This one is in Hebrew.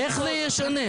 איך זה ישנה?